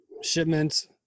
shipment